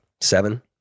seven